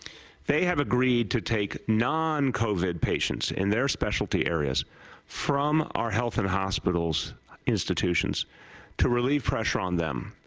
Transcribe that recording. they have agreed to take non-covid patients in their specialty areas from our health and hospitals institutions to relieve pressure on them.